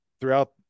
throughout